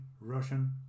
Russian